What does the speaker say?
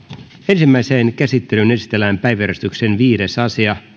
ensimmäiseen käsittelyyn esitellään päiväjärjestyksen viides asia